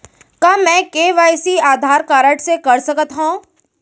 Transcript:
का मैं KYC Aadhaar card से कर सकत हो?